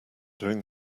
doing